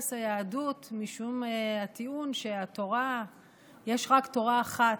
הרס היהדות, משום הטיעון שיש רק תורה אחת.